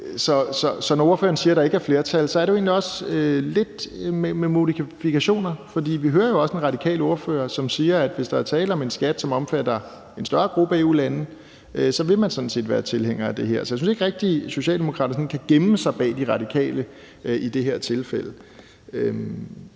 Så når ordføreren siger, at der ikke er flertal, er det egentlig også lidt en sandhed med modifikationer, for vi hører jo også en radikal ordfører sige, at hvis der er tale om en skat, som omfatter en større gruppe af EU-lande, så vil man sådan set være tilhængere af det her. Så jeg synes ikke rigtig, Socialdemokraterne kan gemme sig bag De Radikale i det her tilfælde.